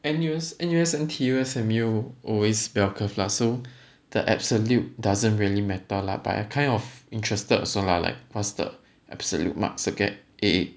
N_U_S N_U_S N_T_U S_M_U always bell curve lah so the absolute doesn't really matter lah but I kind of interested also lah what's the absolute marks to get A